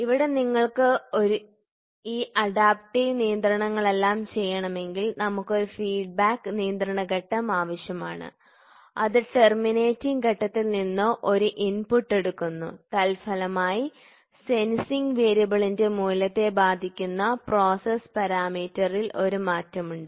ഇവിടെ നിങ്ങൾക്ക് ഈ അഡാപ്റ്റീവ് നിയന്ത്രണങ്ങളെല്ലാം ചെയ്യണമെങ്കിൽ നമുക്ക് ഒരു ഫീഡ്ബാക്ക് നിയന്ത്രണ ഘട്ടം ആവശ്യമാണ് അത് ടെര്മിനേറ്റിംഗ് ഘട്ടത്തിൽ നിന്ന് ഒരു ഇൻപുട്ട് എടുക്കുന്നു തൽഫലമായി സെൻസിംഗ് വേരിയബിളിന്റെ മൂല്യത്തെ ബാധിക്കുന്ന പ്രോസസ്സ് പാരാമീറ്ററിൽ ഒരു മാറ്റമുണ്ട്